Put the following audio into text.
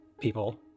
people